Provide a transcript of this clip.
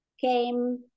came